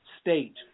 state